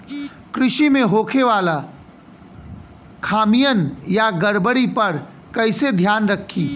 कृषि में होखे वाला खामियन या गड़बड़ी पर कइसे ध्यान रखि?